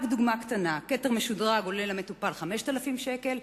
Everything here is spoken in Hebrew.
רק דוגמה קטנה: כתר משודרג עולה למטופל 5,000 שקל,